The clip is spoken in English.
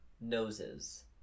noses